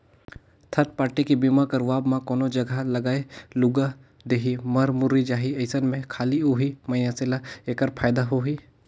third party के बीमा करवाब म कोनो जघा लागय लूगा देही, मर मुर्री जाही अइसन में खाली ओही मइनसे ल ऐखर फायदा होही